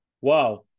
Wow